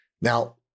Now